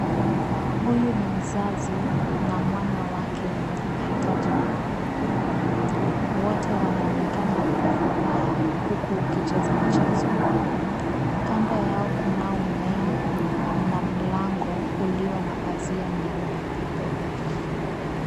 Huyu ni mzazi na mwana wake mwenye mahitaji maalum. Wote wanaoneka wenye furaha, huku wakicheza mchezo .Kando yao kuna mmea na mlango ulio na pazia nyeupe pepepe.